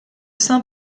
saint